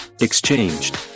exchanged